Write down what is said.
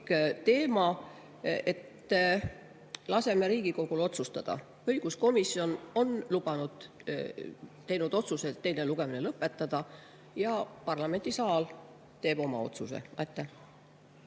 teema. Laseme Riigikogul otsustada. Õiguskomisjon on teinud otsuse teine lugemine lõpetada ja parlamendisaal teeb oma otsuse. ...